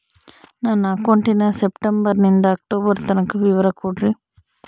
ನನ್ನ ಅಕೌಂಟಿನ ಸೆಪ್ಟೆಂಬರನಿಂದ ಅಕ್ಟೋಬರ್ ತನಕ ವಿವರ ಕೊಡ್ರಿ?